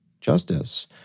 justice